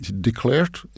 declared